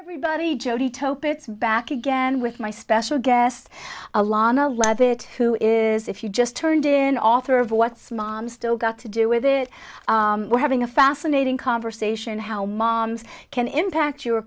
everybody jody topix back again with my special guest alon a legit who is if you just turned in author of what's mom still got to do with it we're having a fascinating conversation how moms can impact your